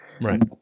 right